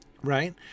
Right